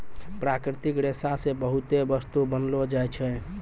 प्राकृतिक रेशा से बहुते बस्तु बनैलो जाय छै